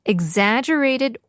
Exaggerated